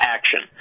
Action